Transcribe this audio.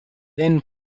then